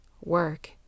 work